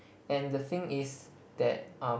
and the thing is that um